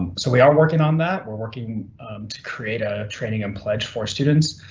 and so we are working on that, we're working to create a training and pledge for students.